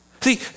See